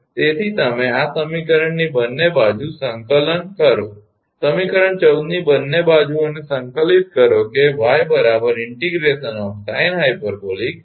તેથી તમે આ સમીકરણની બંને બાજુ સંકલન કરો સમીકરણ 14 ની બંને બાજુઓને સંકલિત કરો કે 𝑦 ∫ sinh𝑊𝑥𝐻𝑑𝑥